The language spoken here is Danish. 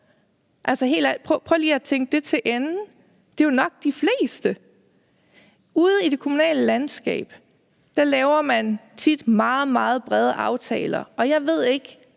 prøv lige at tænke det til ende. Det er jo nok de fleste. Ude i det kommunale landskab laver man tit meget, meget brede aftaler, og jeg ved ikke,